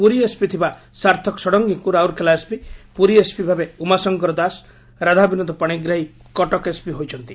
Puri SP ଥବା ସାର୍ଥକ ଷଡଙ୍ଗୀଙ୍କୁ Rourkela SP Puri SP ଭାବେ ଉମାଶଙ୍କର ଦାଶ ରାଧାବିନୋଦ ପାଶିଗ୍ରାହୀ କଟକ ଏସପି ହୋଇଛନ୍ତି